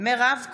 מירב כהן,